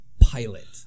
Pilot